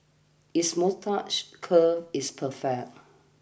his moustache curl is perfect